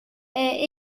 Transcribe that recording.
est